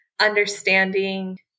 understanding